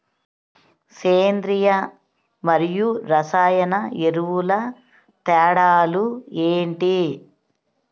సేంద్రీయ మరియు రసాయన ఎరువుల తేడా లు ఏంటి?